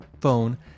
phone